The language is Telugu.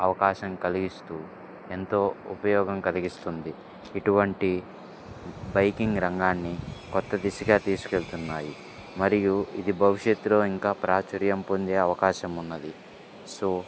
అవకాశం కలిగిస్తు ఎంతో ఉపయోగం కలిగిస్తుంది ఇటువంటి బైకింగ్ రంగాన్ని కొత్త దిశగా తీసుకు వెళ్తున్నాయి మరియు ఇది భవిష్యత్తులో ఇంకా ప్రాచుర్యం పొందే అవకాశం ఉన్నది సో